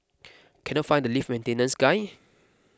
cannot find the lift maintenance guy